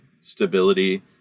stability